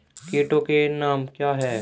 कीटों के नाम क्या हैं?